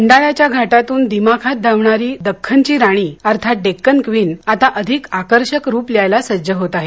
खंडाळ्याच्या घाटातून दिमाखात धावणारी दक्खन ची राणी अर्थात डेक्कन क्वीन आता अधिक आकर्षक रुप ल्यायला सज्ज होत आहे